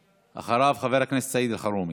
אחריו, חבר הכנסת סעיד אלחרומי.